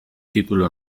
título